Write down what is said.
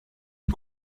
une